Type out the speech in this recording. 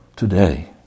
Today